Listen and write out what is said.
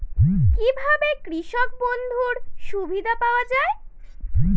কি ভাবে কৃষক বন্ধুর সুবিধা পাওয়া য়ায়?